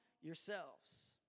yourselves